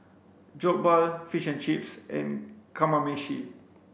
Jokbal fish and chips and Kamameshi